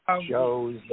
shows